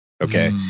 Okay